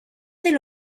del